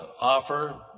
offer